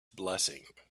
blessing